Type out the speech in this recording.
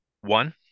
One